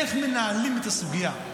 איך מנהלים את הסוגיה,